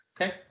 okay